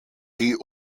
die